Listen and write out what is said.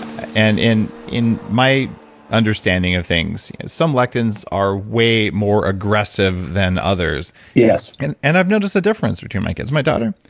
and in in my understanding of things, some lectins are way more aggressive than others yes and and i've noticed a difference between my kids, my daughter.